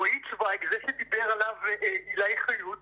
רועי צוויג, זה שדיבר עליו עילי חיות,